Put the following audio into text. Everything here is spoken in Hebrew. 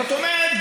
זאת אומרת,